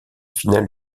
finale